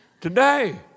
today